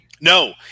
No